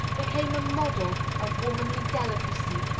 became a model of womanly delicacy,